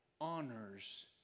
honors